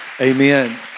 Amen